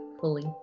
fully